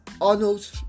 Arnold